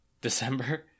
December